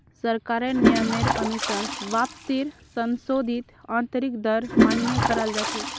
सरकारेर नियमेर अनुसार वापसीर संशोधित आंतरिक दर मान्य कराल जा छे